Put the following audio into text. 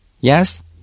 Yes